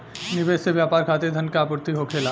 निवेश से व्यापार खातिर धन के आपूर्ति होखेला